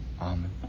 Amen